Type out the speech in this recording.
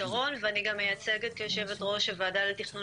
אני גם מייצגת כיושבת ראש הוועדה לתכנון